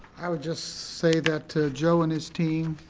i would just say that joe and his team,